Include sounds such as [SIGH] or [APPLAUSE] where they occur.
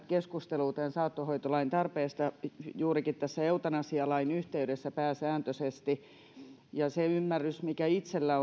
[UNINTELLIGIBLE] keskustelua saattohoitolain tarpeesta on käyty tosiaan juurikin tässä eutanasialain yhteydessä pääsääntöisesti voi olla että se ymmärrys mikä itselläni [UNINTELLIGIBLE]